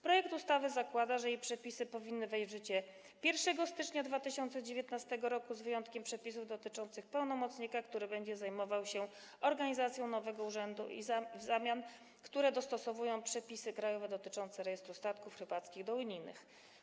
Projekt ustawy zakłada, że jej przepisy powinny wejść w życie 1 stycznia 2019 r., z wyjątkiem przepisów dotyczących pełnomocnika, który będzie zajmował się organizacją nowego urzędu, i zmian, które dostosowują przepisy krajowe dotyczące rejestru statków rybackich do unijnych.